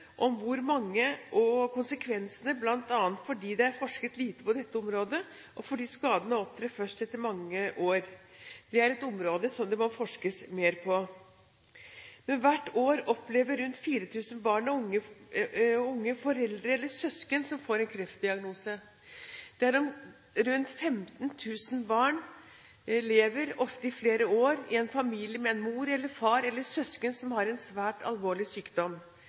om hvor mange og konsekvensene, bl.a. fordi det er forsket lite på dette området, og fordi skadene opptrer først etter mange år. Dette er et område som det må forskes mer på. Hvert år opplever rundt 4 000 barn og unge foreldre eller søsken som får en kreftdiagnose. Rundt 15 000 barn lever, ofte i flere år, i en familie med en mor, far eller søsken som har en svært alvorlig sykdom